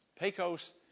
Pecos